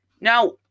Now